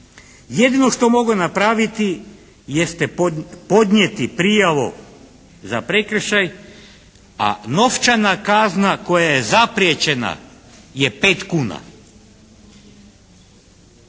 jedino što mogu napraviti jeste podnijeti prijavu za prekršaj. A novčana kazna koja je zapriječena je 5 kuna.